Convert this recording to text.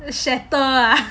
shatter ah